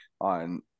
on